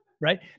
Right